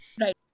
right